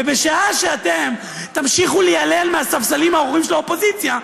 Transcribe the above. ובשעה שאתם תמשיכו ליילל מהספסלים האחוריים של האופוזיציה,